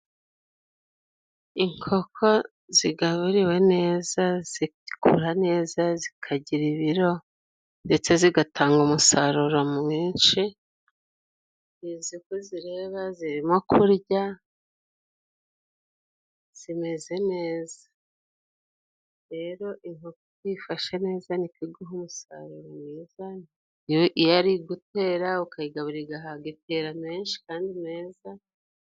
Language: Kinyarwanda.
Inkoko zigaburiwe neza zikura neza zikagira ibiro ndetse zigatanga umusaruro mwinshi . Izi uko uzireba zirimo kurya zimeze neza, rero inkoko uko uyifashe neza niko iguha umusaruro mwiza iyo ari ugutera ukayigaburira igahaga itera menshi kandi meza.